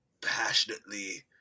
Passionately